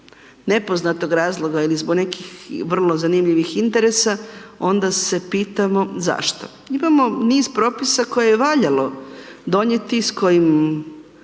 nepoznatog razloga ili zbog nekih vrlo zanimljivih interesa, onda se pitamo zašto. Imamo niz propisa koje je valjalo, s kojim